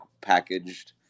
packaged